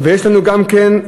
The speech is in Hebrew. ויש לנו גם כן,